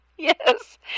Yes